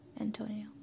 Antonio